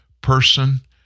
person